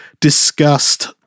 discussed